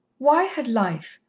why had life,